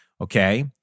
Okay